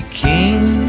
king